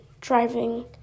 driving